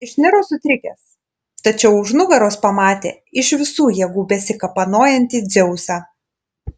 išniro sutrikęs tačiau už nugaros pamatė iš visų jėgų besikapanojantį dzeusą